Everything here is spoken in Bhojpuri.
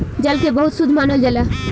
जल के बहुत शुद्ध मानल जाला